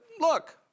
look